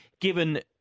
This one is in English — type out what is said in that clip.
given